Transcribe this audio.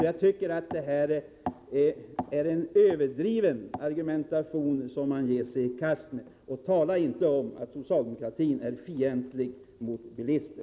Jag tycker alltså det är en överdriven argumentation som man ger sig i kast med. Och säg inte att socialdemokratin är fientlig gentemot bilismen!